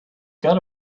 got